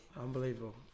Unbelievable